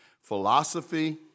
philosophy